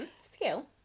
Skill